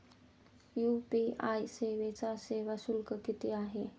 UPI सेवेचा सेवा शुल्क किती आहे?